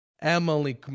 Emily